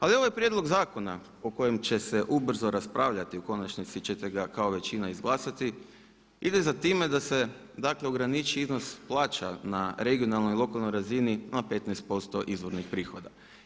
Ali ovaj prijedlog zakona o kojem će se ubrzo raspravljati, i u konačnici ćete ga kao većina izglasati, ide za time da se dakle ograniči iznos plaća na regionalnoj i lokalnoj razini na 15% izvornih prihoda.